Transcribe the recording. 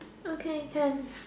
okay can